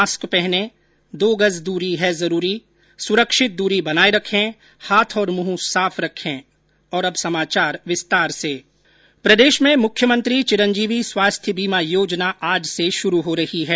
mask पहनें दो गज दूरी है जरूरी सुरक्षित दूरी बनाये रखें हाथ और मुंह साफ रखें प्रदेश में मुख्यमंत्री चिरंजीवी स्वास्थ्य बीमा योजना आज से शुरू हो रही है